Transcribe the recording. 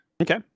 okay